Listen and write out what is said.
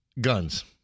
guns